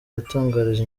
yatangarije